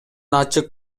ачык